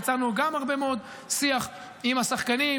יצרנו גם הרבה מאוד שיח עם השחקנים,